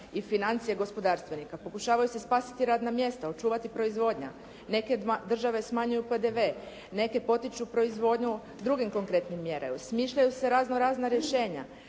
i financije gospodarstvenika, pokušavaju se spasiti radna mjesta, očuvati proizvodnja. Neke države smanjuju PDV, neke potiču proizvodnju drugim konkretnim mjerama, smišljaju se razno razna rješenja.